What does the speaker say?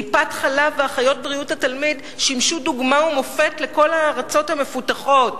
טיפת-חלב ואחיות בריאות התלמיד שימשו דוגמה ומופת לכל הארצות המפותחות,